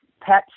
pets